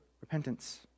repentance